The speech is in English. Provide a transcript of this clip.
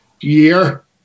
year